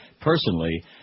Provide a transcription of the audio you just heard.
personally